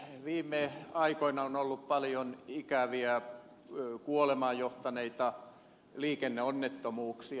viime aikoina on ollut paljon ikäviä kuolemaan johtaneita liikenneonnettomuuksia